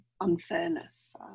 unfairness